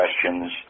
questions